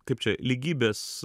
kaip čia lygybės